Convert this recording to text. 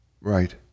Right